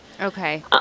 Okay